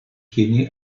quesnay